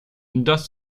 das